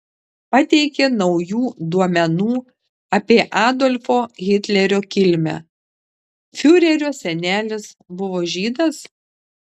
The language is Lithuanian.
pateikė naujų duomenų apie adolfo hitlerio kilmę fiurerio senelis buvo žydas